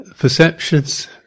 Perceptions